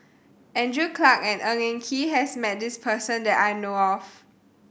Andrew Clarke and Ng Eng Kee has met this person that I know of